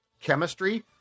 chemistry